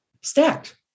stacked